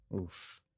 Oof